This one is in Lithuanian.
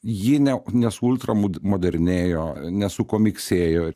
ji ne nesu ultramud modernėjo nesukomiksėjo